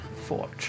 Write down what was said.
Forge